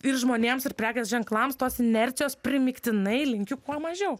ir žmonėms ir prekės ženklams tos inercijos primygtinai linkiu kuo mažiau